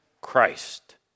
Christ